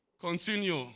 Continue